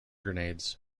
grenades